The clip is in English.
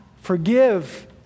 Forgive